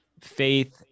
faith